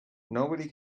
nobody